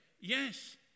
yes